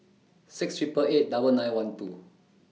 six Triple eight double nine one two